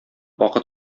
вакыт